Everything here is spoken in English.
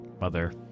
mother